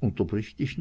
unterbrich dich